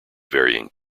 varying